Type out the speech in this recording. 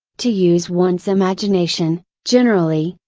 to use one's imagination, generally,